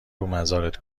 مزارت